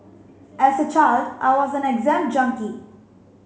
as a child I was an exam junkie